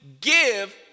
give